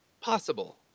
possible